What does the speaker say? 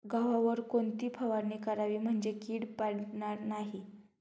गव्हावर कोणती फवारणी करावी म्हणजे कीड पडणार नाही?